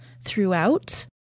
throughout